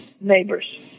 Neighbors